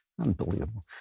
Unbelievable